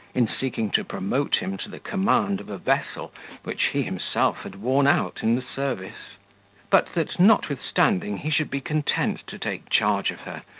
in seeking to promote him to the command of a vessel which he himself had worn out in the service but that, notwithstanding, he should be content to take charge of her,